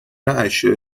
اشیاء